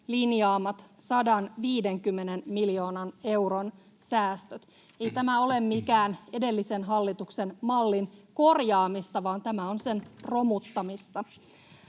linjaamat 150 miljoonan euron säästöt. Ei tämä ole mitään edellisen hallituksen mallin korjaamista, vaan tämä on sen romuttamista,